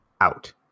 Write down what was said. out